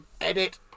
edit